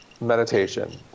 meditation